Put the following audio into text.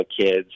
kids